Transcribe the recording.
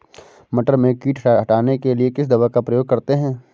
मटर में कीट हटाने के लिए किस दवा का प्रयोग करते हैं?